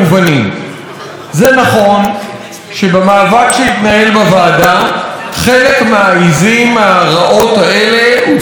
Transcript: זה נכון שבמאבק שהתנהל בוועדה וחלק מהעיזים הרעות האלה הצלחנו להוציא,